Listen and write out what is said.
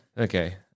okay